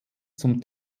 zum